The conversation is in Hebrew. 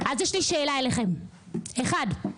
אז יש לי שאלה אליכם, אחד,